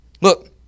Look